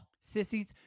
Sissies